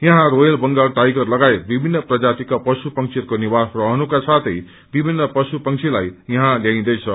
यहाँ royal Bengal tiger सगायत विभिन्न प्रजातिका प्यु पंशीहरूको निवास रहनुक्य साथै विभिन्न ष्णु पंशीलाई यहाँ त्याइन्दैछ